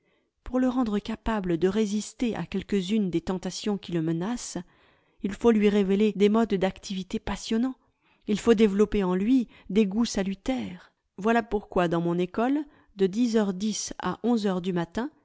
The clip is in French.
pour le rendre capable de résister à quelques-unes des tentations qui le menacent il faut lui révéler des modes d'activité passionnants il faut développer en lui des g oûts salutaires voilà pourquoi dans mon école de h à heures du matin